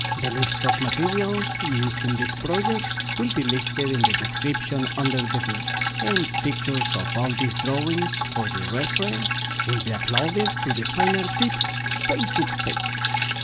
the list of materials used in this project, will be listed in the description under the video and pictures of all these drawings for your reference, will be uploaded to the fine art-tips facebook page.